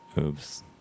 Oops